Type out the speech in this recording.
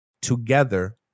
together